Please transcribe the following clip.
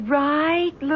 right